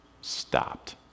stopped